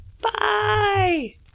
Bye